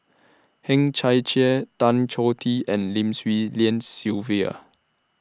Hang Chang Chieh Tan Choh Tee and Lim Swee Lian Sylvia